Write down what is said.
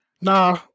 Nah